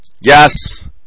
Yes